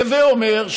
הווי אומר,